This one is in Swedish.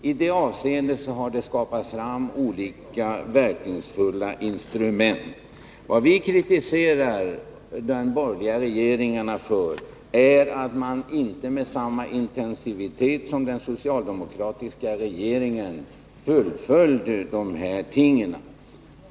I det avseendet har det skapats olika verkningsfulla instrument. Vad vi kritiserar de borgerliga regeringarna för är att de inte fullföljde uppgifterna i det sammanhanget med samma intensitet som den socialdemokratiska regeringen gjorde.